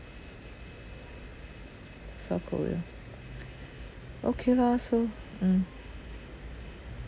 south korea okay lah so mm